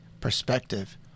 perspective